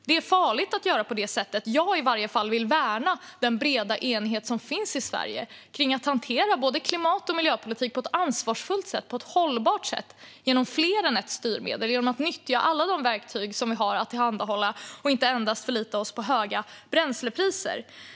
Det är farligt att göra på det sättet, och åtminstone jag vill värna den breda enighet som finns i Sverige kring att hantera både klimat och miljöpolitik på ett ansvarsfullt och hållbart sätt genom fler än ett styrmedel. Vi ska nyttja alla de verktyg som vi kan tillhandahålla och inte endast förlita oss på höga bränslepriser.